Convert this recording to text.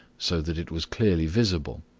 so that it was clearly visible.